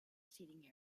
seating